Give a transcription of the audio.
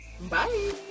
Bye